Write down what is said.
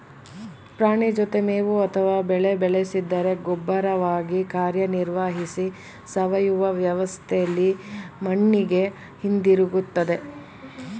ಪ್ರಾಣಿ ಜೊತೆ ಮೇವು ಅಥವಾ ಬೆಳೆ ಬೆಳೆಸಿದರೆ ಗೊಬ್ಬರವಾಗಿ ಕಾರ್ಯನಿರ್ವಹಿಸಿ ಸಾವಯವ ವ್ಯವಸ್ಥೆಲಿ ಮಣ್ಣಿಗೆ ಹಿಂದಿರುಗ್ತದೆ